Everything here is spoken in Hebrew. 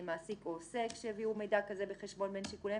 מעסיק או עוסק שהביאו מידע כזה בחשבון בין שיקוליהם,